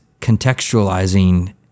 contextualizing